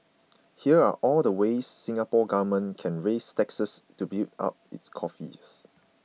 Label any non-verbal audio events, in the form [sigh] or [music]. [noise] here are all the ways the Singapore Government can raise taxes to build up its coffers